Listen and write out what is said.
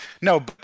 no